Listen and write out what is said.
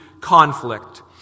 conflict